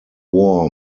war